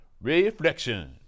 Reflection